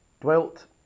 dwelt